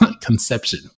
conception